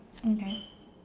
okay